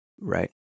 Right